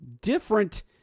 different